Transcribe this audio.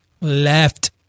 left